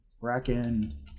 Bracken